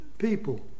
people